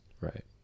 Right